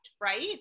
right